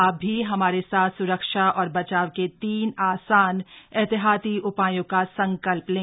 आप भी हमारे साथ सुरक्षा और बचाव के तीन आसान एहतियाती उपायों का संकल्प लें